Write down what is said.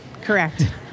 Correct